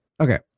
Okay